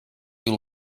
you